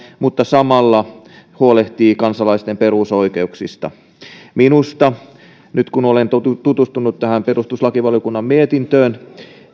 mutta samalla huolehtii kansalaisten perusoikeuksista nyt kun olen tutustunut tähän perustuslakivaliokunnan mietintöön